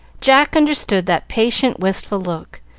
jack understood that patient, wistful look,